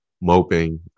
moping